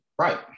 Right